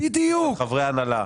חברי הנהלה,